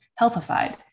Healthified